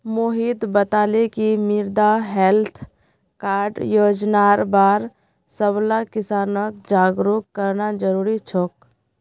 मोहित बताले कि मृदा हैल्थ कार्ड योजनार बार सबला किसानक जागरूक करना जरूरी छोक